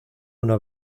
una